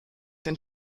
den